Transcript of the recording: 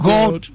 God